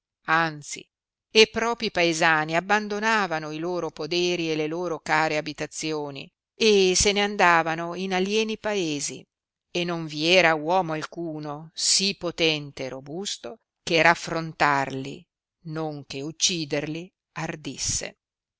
anzi e propi paesani abbandonavano i loro poderi e le loro care abitazioni e se ne andavano in alieni paesi e non vi era uomo alcuno sì potente e robusto che raffrontarli non che ucciderli ardisse